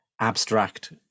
abstract